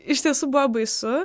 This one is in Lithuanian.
iš tiesų buvo baisu